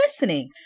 listening